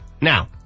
Now